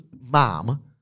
mom